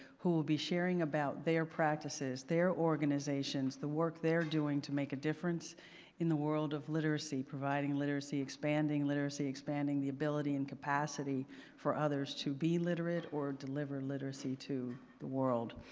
who will be sharing about their practices, their organizations, the work they are doing to make a difference in the world of literacy, providing literacy, expanding literacy, expanding the ability and capacity for others to be literate or deliver literacy to the world.